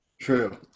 true